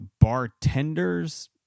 bartenders